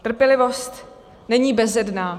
Trpělivost není bezedná.